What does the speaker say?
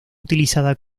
utilizada